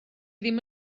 ddim